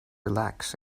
relax